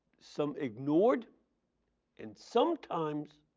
some ignored and sometimes